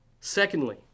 Secondly